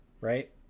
right